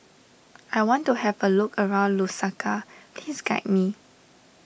I want to have a look around Lusaka please guide me